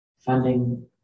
funding